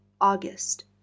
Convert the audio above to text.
August